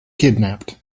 kidnapped